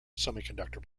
semiconductor